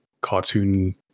cartoon